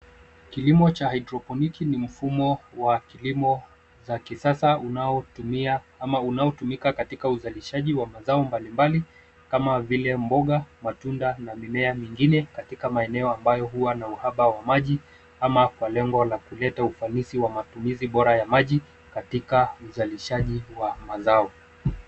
Kilimo cha hidroponiki ni mfumo wa kilimo za kisasa unautumia ama unaotumika katika uzalishaji wa mazao mbalimbali kama vile mboga, matunda na mimea mingine katika maeneo ambayo huwa na uhaba wa maji ama kwa lengo la kuleta ufanisi wa matumizi bora ya maji katika uzalishaji wa mazao.